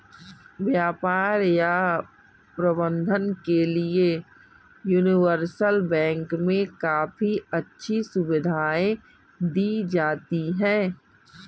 व्यापार या प्रबन्धन के लिये यूनिवर्सल बैंक मे काफी अच्छी सुविधायें दी जाती हैं